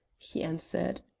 he answered.